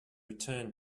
return